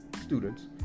students